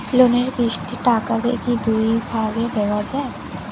লোনের কিস্তির টাকাকে কি দুই ভাগে দেওয়া যায়?